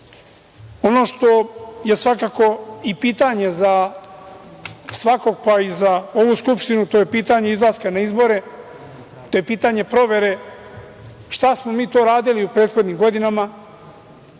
što je svakako i pitanje za svakog, pa i za ovu Skupštinu, to je pitanje izlaska na izbore, to je pitanje provere šta smo mi to radili u prethodnim godinama,